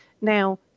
Now